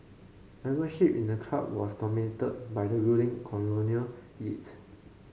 membership in the club was dominated by the ruling colonial elite